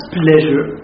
pleasure